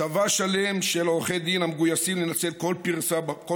יש צבא שלם של עורכי דין המגויסים לנצל כל פרצה